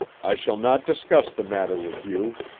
i shall not discuss the matter with you.